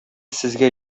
сезгә